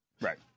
Right